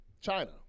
China